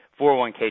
401k